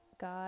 God